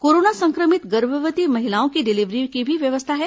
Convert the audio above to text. corona संक्रमित गर्भवती महिलाओं की डिलीवरी की भी यहां व्यवस्था है